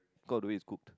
cause of the way it's cooked